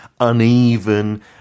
uneven